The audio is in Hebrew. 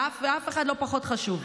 אף אחד לא פחות חשוב.